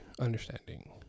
understanding